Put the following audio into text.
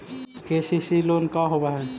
KCC loan का होब हइ?